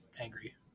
angry